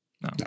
No